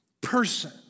person